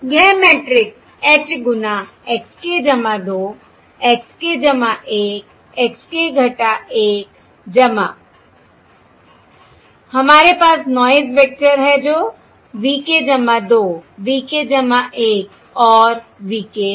यह matrix H गुना x k 2 x k 1 x k 1 हमारे पास नॉयस वेक्टर है जो v k 2 v k 1 और v k है